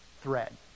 thread